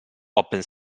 open